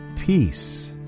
peace